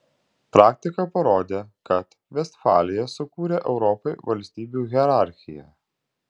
praktika parodė kad vestfalija sukūrė europai valstybių hierarchiją